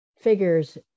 figures